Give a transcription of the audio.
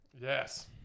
Yes